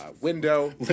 window